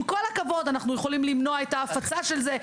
עם כל הכבוד, אנחנו יכולים למנוע את ההפצה של זה.